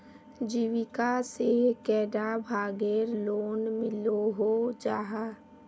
जीविका से कैडा भागेर लोन मिलोहो जाहा?